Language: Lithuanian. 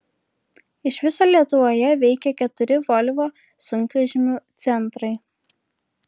iš viso lietuvoje veikia keturi volvo sunkvežimių centrai